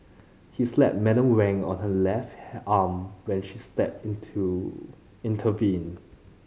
he slapped Madam Wang on her left arm when she stepped in to intervene